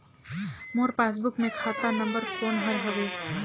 मोर passbook मे खाता number कोन हर हवे?